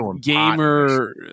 gamer